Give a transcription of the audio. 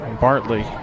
Bartley